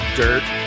dirt